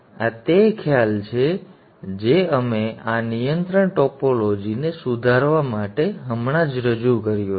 તેથી આ તે ખ્યાલ છે જે અમે આ નિયંત્રણ ટોપોલોજીને સુધારવા માટે હમણાં જ રજૂ કર્યો છે